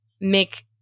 make